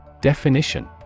Definition